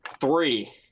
three